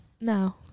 no